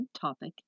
topic